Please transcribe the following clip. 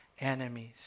enemies